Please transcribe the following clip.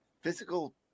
physical